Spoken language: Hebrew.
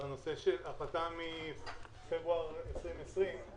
על הנושא של החלטה מפברואר 2020,